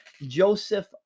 Joseph